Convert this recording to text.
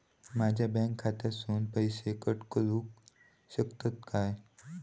माझ्या बँक खात्यासून पैसे कट करुक शकतात काय?